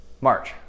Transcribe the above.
March